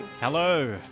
Hello